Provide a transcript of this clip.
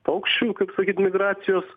paukščių kaip sakyt migracijos